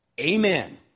amen